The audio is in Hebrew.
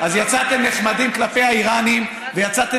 אז יצאתם נחמדים כלפי האיראנים ויצאתם